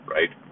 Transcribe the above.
Right